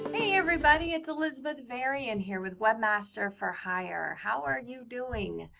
hey, everybody. it's elizabeth varian here with webmaster for hire. how are you doing?